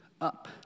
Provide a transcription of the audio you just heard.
up